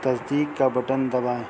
تصدیق کا بٹن دبائیں